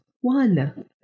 One